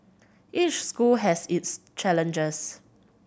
each school has its challenges